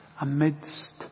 amidst